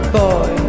boy